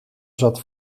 zat